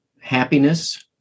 happiness